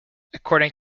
according